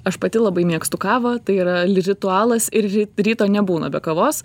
aš pati labai mėgstu kavą tai yra li ritualas ir ly ryto nebūna be kavos